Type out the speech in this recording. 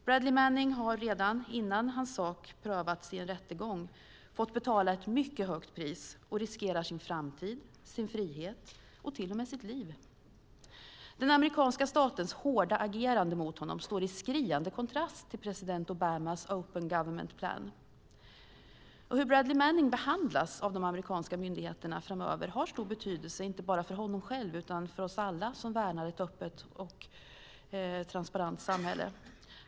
Bradley Manning har redan innan hans sak prövats i rättegång fått betala ett mycket högt pris och riskerar sin framtid, sin frihet och till och med sitt liv. Den amerikanska statens hårda agerande mot honom står i skriande kontrast till president Obamas Open Government Plan. Hur Bradley Manning behandlas av de amerikanska myndigheterna framöver har stor betydelse, inte bara för honom själv utan för oss alla som värnar ett öppet och transparent samhälle.